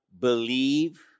believe